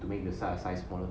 you make the size smaller